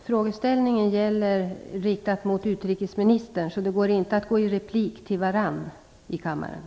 Frågan är riktad till utrikesministern. Det är inte möjligt för ledamöterna att replikera varandra.